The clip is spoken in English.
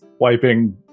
wiping